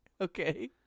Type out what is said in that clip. Okay